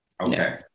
Okay